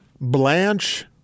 Blanche